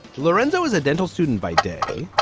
lorenzo is a dental student by day.